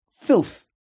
filth